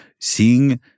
seeing